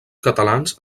catalans